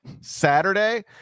Saturday